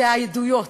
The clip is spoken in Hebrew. היו העדויות: